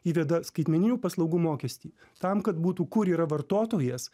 įveda skaitmeninių paslaugų mokestį tam kad būtų kur yra vartotojas